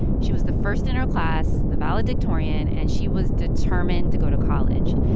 she was the first in her class, the valedictorian, and she was determined to go to college.